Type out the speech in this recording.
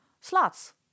slots